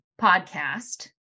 podcast